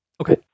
okay